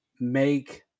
make